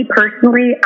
personally